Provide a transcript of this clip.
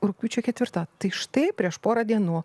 rugpjūčio ketvirta tai štai prieš porą dienų